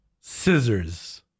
Scissors